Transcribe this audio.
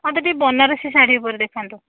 ମତେ ଟିକିଏ ବନାରସୀ ଶାଢ଼ୀ ଉପରେ ଦେଖାନ୍ତୁ